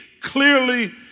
clearly